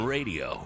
Radio